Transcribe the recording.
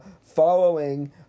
following